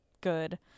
good